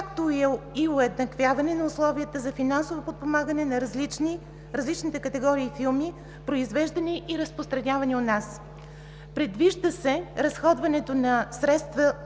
както и уеднаквяване на условията за финансово подпомагане на различните категории филми, произвеждани и разпространявани у нас. Предвижда се разходването на средства